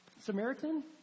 Samaritan